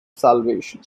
salvation